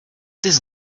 this